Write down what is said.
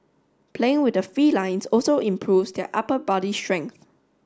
playing with the felines also improves their upper body strength